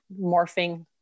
morphing